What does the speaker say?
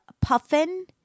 Puffin